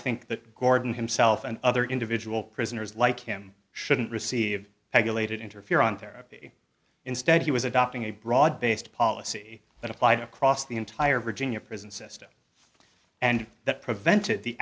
think that gordon himself and other individual prisoners like him shouldn't receive hegel aged interferon therapy instead he was adopting a broad based policy that applied across the entire virginia prison system and that prevented the